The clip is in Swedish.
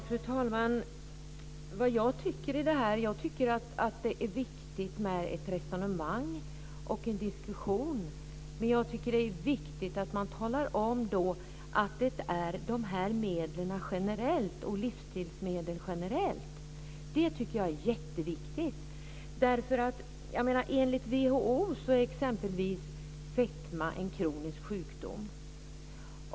Fru talman! När det gäller vad jag tycker kan jag säga att jag tycker att det är viktigt med ett resonemang och en diskussion. Men jag tycker att det är viktigt att man då talar om att det är de här medlen, livsstilsmedlen, generellt. Det tycker jag är jätteviktigt. Enligt WHO är exempelvis fetma en kronisk sjukdom.